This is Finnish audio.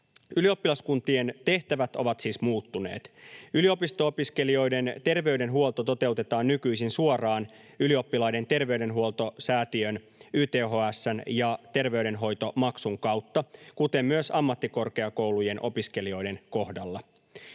Ylioppilaskuntien tehtävät ovat siis muuttuneet. Yliopisto-opiskelijoiden terveydenhuolto toteutetaan nykyisin suoraan Ylioppilaiden terveydenhoitosäätiö YTHS:n ja terveydenhoitomaksun kautta kuten myös ammattikorkeakoulujen opiskelijoiden kohdalla.